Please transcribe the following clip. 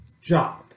job